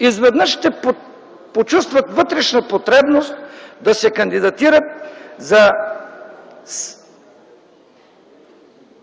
изведнъж ще почувстват вътрешна потребност да се кандидатират за